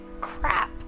crap